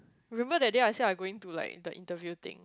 remember that I say I going to like the interview thing